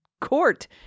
court